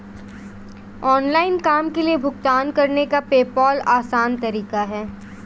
online काम के लिए भुगतान करने का पेपॉल आसान तरीका है